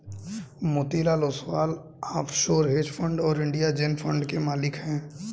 Motilal Oswal offshore hedge fund और India जेन fund के मालिक हैं